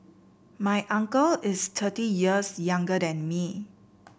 my uncle is thirty years younger than me